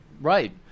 right